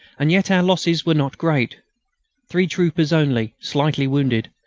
and yet our losses were not great three troopers only, slightly wounded,